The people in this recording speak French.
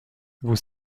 vous